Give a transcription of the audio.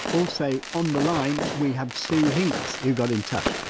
also on the line we had sue hinks who got in touch.